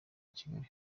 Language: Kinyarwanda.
kigali